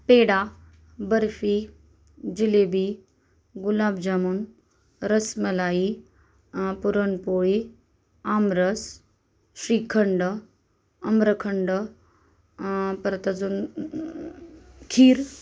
पेडा बर्फी जिलेबी गुलाबजामून रसमलाई पुरणपोळी आमरस श्रीखंड अम्रखंड परत अजून खीर